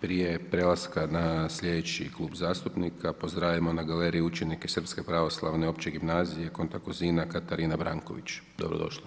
Prije prelaska na slijedeći klub zastupnika, pozdravimo na galeriji učenike Srpske pravoslavne opće gimnazije Kantakuzina Katarina Branković, dobrodošli.